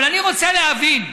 אבל אני רוצה להבין,